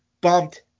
bumped